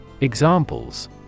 Examples